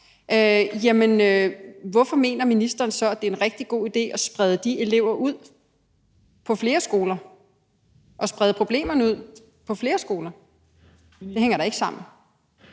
hvorfor mener ministeren så, at det en rigtig god idé at sprede de elever ud på flere skoler, altså sprede problemerne ud på flere skoler? Det hænger da ikke sammen.